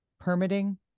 permitting